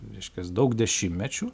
reiškias daug dešimtmečių